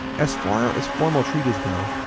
as far as formal treaties go,